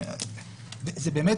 זה באמת,